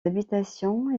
habitations